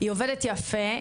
היא עובדת יפה,